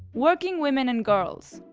working women and girls!